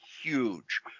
huge